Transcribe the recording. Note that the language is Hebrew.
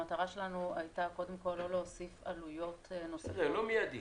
המטרה שלנו הייתה קודם כול לא להוסיף עלויות נוספות -- זה לא מיידי.